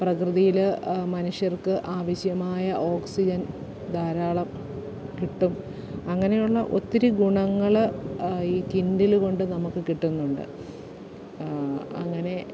പ്രകൃതിയില് മനുഷ്യർക്ക് ആവശ്യമായ ഓക്സിജൻ ധാരാളം കിട്ടും അങ്ങനെയുള്ള ഒത്തിരി ഗുണങ്ങള് ഈ കിൻഡിലുക്കൊണ്ട് നമുക്ക് കിട്ടുന്നുണ്ട് അങ്ങനെ